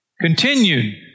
continued